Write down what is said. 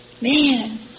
Man